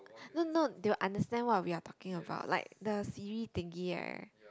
no no they will understand what we are talking about like the Siri thingy right